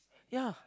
ya